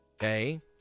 Okay